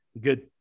Good